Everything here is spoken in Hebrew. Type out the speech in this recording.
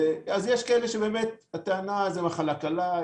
אז יש כאלה שבאמת הטענה שלהם היא שזו מחלה קלה,